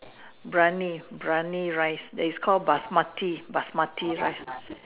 Biryani Biryani rice that is called Basmati Basmati rice